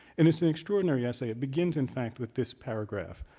and it's an extraordinary essay. it begins in fact, with this paragraph.